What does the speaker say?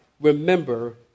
remember